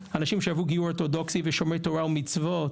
אנשים שעברו גיור אורתודוקסי ושומרי תורה ומצוות